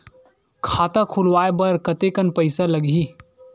खाता खुलवाय बर कतेकन पईसा लगही?